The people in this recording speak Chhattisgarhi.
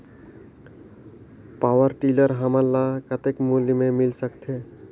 पावरटीलर हमन ल कतेक मूल्य मे मिल सकथे?